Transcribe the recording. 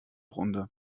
runde